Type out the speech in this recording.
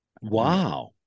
Wow